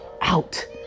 out